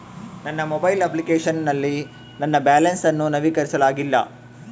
ನನ್ನ mobile application ನಲ್ಲಿ ನನ್ನ ಬ್ಯಾಲೆನ್ಸ್ ಅನ್ನು ನವೀಕರಿಸಲಾಗಿಲ್ಲ